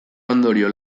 ondorio